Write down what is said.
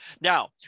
Now